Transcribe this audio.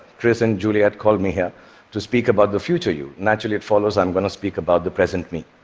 chris and juliet called me here to speak about the future you. naturally, it follows i'm going to speak about the present me.